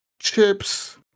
chips